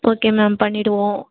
okay ma'am பண்ணிவிடுவோம்